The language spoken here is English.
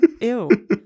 Ew